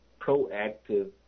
proactive